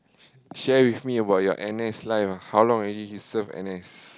share with me about your N_S life ah how long already you serve N_S